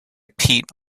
pete